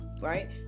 right